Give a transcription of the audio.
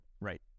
Right